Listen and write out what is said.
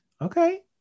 Okay